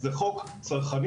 זה חוק צרכני,